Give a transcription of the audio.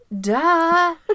Duh